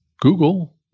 Google